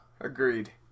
Agreed